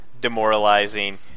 demoralizing